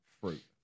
fruit